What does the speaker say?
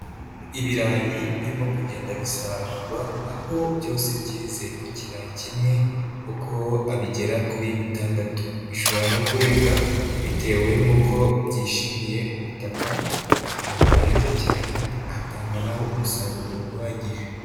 Ibirayi birimo kugenda bisarurwa, aho byose byize ku kirayi kimwe, uko bigera kuri bitandatu, bishobora no kurenga bitewe n'uko byishimiye ubutaka, ahantu heza cyane hatanga umusaruro uhagije.